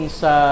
sa